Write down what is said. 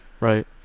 Right